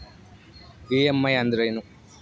EMI ಅಂದ್ರೇನು?